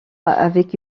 avec